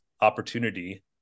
opportunity